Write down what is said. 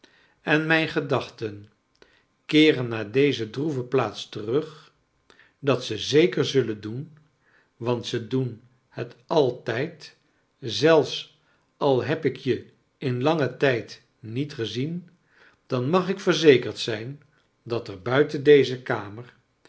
en mijn gedachten keeren naar deze droeve plaats terug dat ze zeker znllen do en want ze doen het altijd zelfs al heb ik je in langen tijd niet gezien dan mag ik verzekerd zijn dat er buiten deze kamer